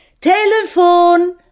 Telefon